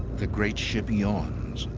the great ship yawns,